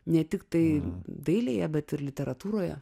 ne tiktai dailėje bet ir literatūroje